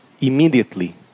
immediately